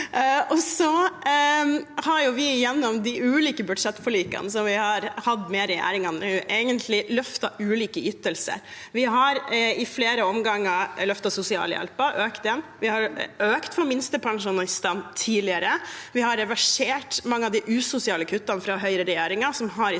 Så har vi gjennom de ulike budsjettforlikene vi har hatt med regjeringen, egentlig løftet ulike ytelser. Vi har i flere omganger løftet sosialhjelpen, økt den. Vi har økt for minstepensjonistene tidligere. Vi har reversert mange av de usosiale kuttene fra høyreregjeringen,